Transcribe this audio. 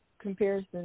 comparison